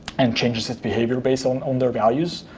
and changes its behavior based on on their values